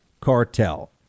cartel